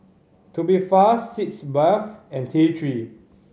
Tubifast Sitz Bath and T Three